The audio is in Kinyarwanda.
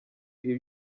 ibi